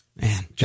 Man